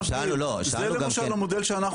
זה למשל המודל שאנחנו עושים עכשיו.